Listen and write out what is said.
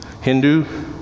Hindu